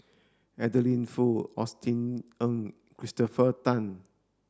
Adeline Foo Austen Ong Christopher Tan